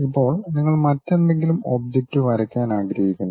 ഇപ്പോൾ നിങ്ങൾ മറ്റെന്തെങ്കിലും ഒബ്ജക്റ്റ് വരയ്ക്കാൻ ആഗ്രഹിക്കുന്നു